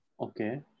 Okay